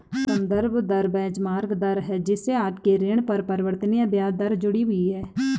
संदर्भ दर बेंचमार्क दर है जिससे आपके ऋण पर परिवर्तनीय ब्याज दर जुड़ी हुई है